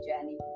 journey